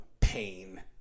pain